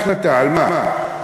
איזה החלטה, על מה?